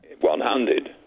One-handed